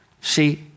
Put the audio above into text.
See